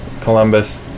Columbus